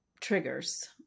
triggers